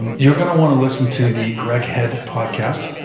you're going to want to listen to the greg head podcast.